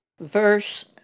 Verse